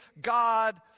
God